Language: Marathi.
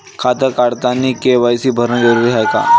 खातं काढतानी के.वाय.सी भरनं जरुरीच हाय का?